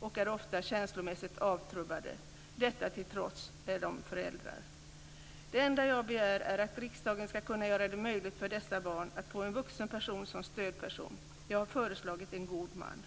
och är ofta känslomässigt avtrubbade. Detta till trots är de föräldrar. Det enda jag begär är att riksdagen ska kunna göra det möjligt för dessa barn att få en vuxen person som stödperson. Jag har föreslagit en god man.